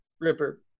ripper